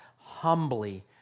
humbly